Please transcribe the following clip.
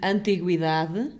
Antiguidade